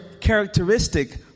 characteristic